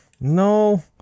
no